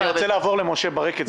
אני רוצה לעבור למשה ברקת,